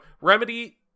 Remedy